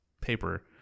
paper